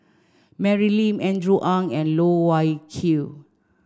Mary Lim Andrew Ang and Loh Wai Kiew